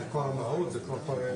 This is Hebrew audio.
עכשיו יש פה מיעוט של כל מיני דברים.